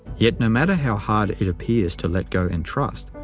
yet no matter how hard it appears to let go and trust,